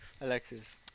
Alexis